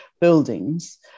buildings